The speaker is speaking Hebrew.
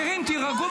אבל הוא ירד.